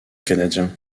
canadien